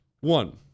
One